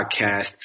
Podcast